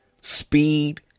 Speed